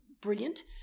brilliant